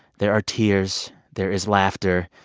there are tears. there is laughter.